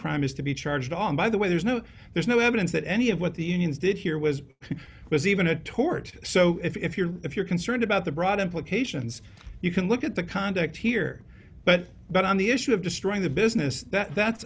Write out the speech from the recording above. crime is to be charged on by the way there's no there's no evidence that any of what the unions did here was was even a tort so if you're if you're concerned about the broad implications you can look at the conduct here but but on the issue of destroying the business that